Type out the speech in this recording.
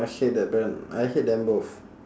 I hate that brand I hate them both